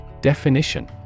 Definition